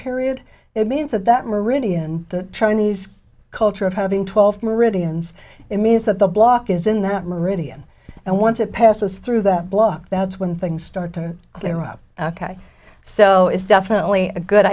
period it means that that meridian the chinese culture of having twelve meridians it means that the block is in that meridian and once it passes through that block that's when things start to clear up ok so it's definitely a good